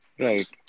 Right